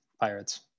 Pirates